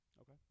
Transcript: Okay